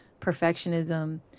perfectionism